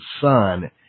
son